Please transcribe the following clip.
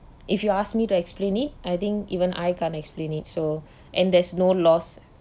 if you ask me to explain it I think even I can't explain it so and there's no loss